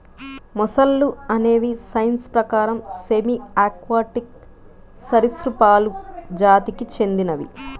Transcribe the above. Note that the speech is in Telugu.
మొసళ్ళు అనేవి సైన్స్ ప్రకారం సెమీ ఆక్వాటిక్ సరీసృపాలు జాతికి చెందినవి